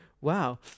wow